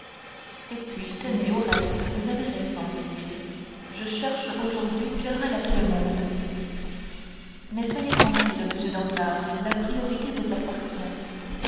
et puis tenez au reste vous avez raison dit-il je cherche aujourd'hui querelle à tout le monde mais soyez tranquille monsieur danglars la priorité vous appartient